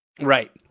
right